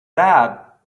that